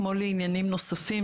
כמו לעניינים נוספים,